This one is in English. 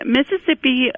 Mississippi